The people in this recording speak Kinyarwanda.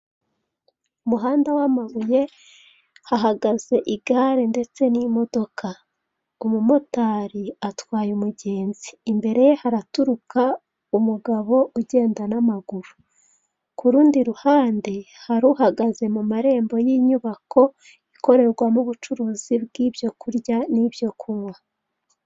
Umuhanda w'amabuye, hahagaze igare ndetse n'imodoka. Umumotari atwaye umugenzi. Imbere haraturuka umugabo ugenda n'amaguru. Ku rundi ruhande hari uhagaze mu marembo y'inyubako ikorerwamo ubucuruzi bw'ibyo kurya n'ibyo kunywa.